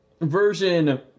version